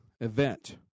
event